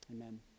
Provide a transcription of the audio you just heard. Amen